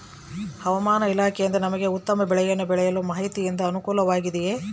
ಹವಮಾನ ಇಲಾಖೆಯಿಂದ ನಮಗೆ ಉತ್ತಮ ಬೆಳೆಯನ್ನು ಬೆಳೆಯಲು ಮಾಹಿತಿಯಿಂದ ಅನುಕೂಲವಾಗಿದೆಯೆ?